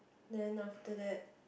then after that